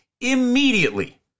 immediately